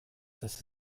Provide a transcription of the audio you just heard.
dass